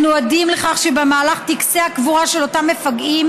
אנו עדים לכך שבמהלך טקסי הקבורה של אותם מפגעים